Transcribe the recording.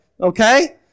Okay